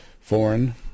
foreign